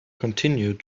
continued